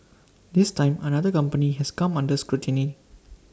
this time another company has come under scrutiny